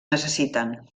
necessiten